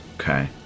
Okay